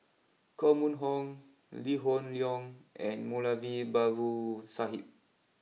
Koh Mun Hong Lee Hoon Leong and Moulavi Babu Sahib